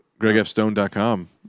GregFStone.com